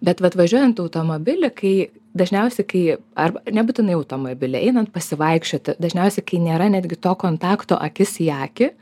bet važiuojant automobily kai dažniausiai kai arba nebūtinai automobiliu einant pasivaikščioti dažniausiai kai nėra netgi to kontakto akis į akį